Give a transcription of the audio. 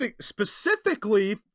specifically